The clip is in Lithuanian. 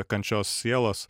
kančios sielos